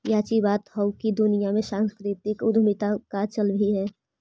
याची बात हैकी दुनिया में सांस्कृतिक उद्यमीता का चल भी है